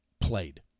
played